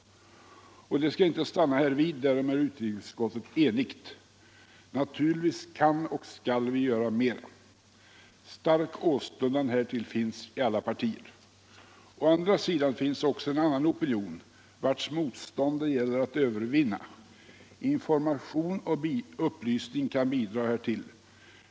Och det skall inte stanna härvid; därom är utrikesutskottet enigt. Naturligtvis kan och skall vi göra mera. Stark åstundan härtill finns i alla partier. Å andra sidan finns också en annan opinion, vars motstånd det gäller att övervinna. Information och upplysning kan bidra härtill.